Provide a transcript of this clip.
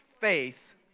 faith